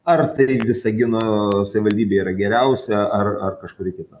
ar tai visagino savivaldybė yra geriausia ar ar kažkuri kita